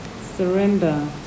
surrender